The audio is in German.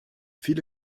viele